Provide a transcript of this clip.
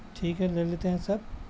ٹھیک ہے لے لیتے ہیں سر